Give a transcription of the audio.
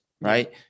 right